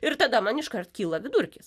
ir tada man iškart kyla vidurkis